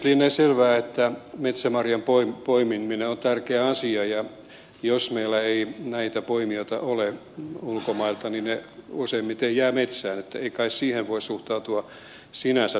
lienee selvää että metsämarjojen poimiminen on tärkeä asia ja jos meillä ei näitä poimijoita ole ulkomailta niin ne useimmiten jäävät metsään niin että ei kai siihen voi suhtautua sinänsä torjuvasti